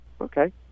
okay